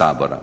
sabora.